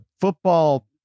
football